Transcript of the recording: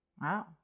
Wow